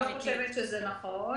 אני לא חושבת שזה נכון.